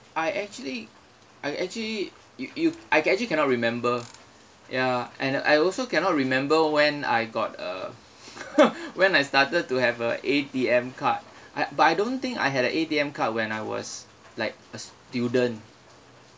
I actually I actually you you I actually cannot remember ya and I also cannot remember when I got a when I started to have a A_T_M card I but I don't think I had a A_T_M card when I was like a student